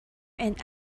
and